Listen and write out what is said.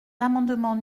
l’amendement